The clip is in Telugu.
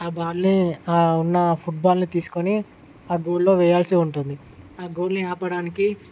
ఆ బాల్ని ఉన్న ఫుట్బాల్ని తీసుకుని ఆ గోల్లో వేయాల్సి ఉంటుంది ఆ గోల్ని ఆపడానికి